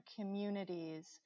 communities